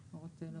אנחנו